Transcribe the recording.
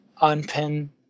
unpin